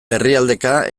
herrialdeka